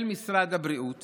של משרד הבריאות